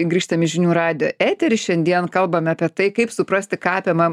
grįžtam į žinių radijo eterį šiandien kalbame apie tai kaip suprasti ką apie ma